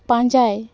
ᱯᱟᱸᱡᱟᱭ